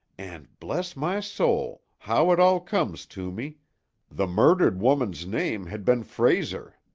and bless my soul! how it all comes to me the murdered woman's name had been frayser!